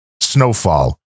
snowfall